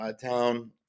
Town